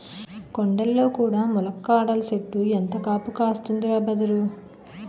కొండల్లో కూడా ములక్కాడల సెట్టు ఎంత కాపు కాస్తందిరా బదరూ